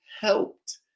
helped